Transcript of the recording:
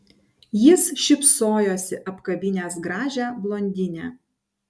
jis šypsojosi apkabinęs gražią blondinę